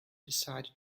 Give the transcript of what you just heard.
decided